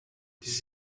this